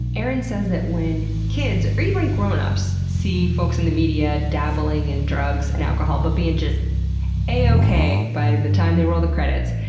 erin says that when kids, or even grown-ups, see folks in the media dabbling in drugs and alcohol but being just a-okay by the time they role the credits,